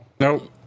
No